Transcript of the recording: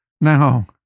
Now